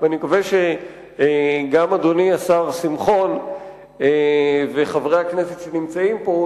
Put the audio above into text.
ואני מקווה שגם אדוני השר שמחון וחברי הכנסת שנמצאים פה,